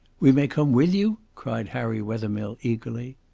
we may come with you? cried harry wethermill eagerly.